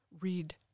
read